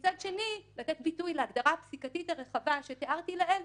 ומצד אחר לתת ביטוי להגדרה הפסיקתית הרחבה שתיארתי לעיל,